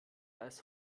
als